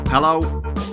Hello